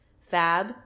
fab